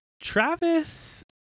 travis